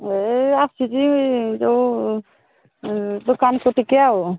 ଏଇ ଆସିଛି ଯେଉଁ ଦୋକାନକୁ ଟିକିଏ ଆଉ